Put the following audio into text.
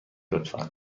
لطفا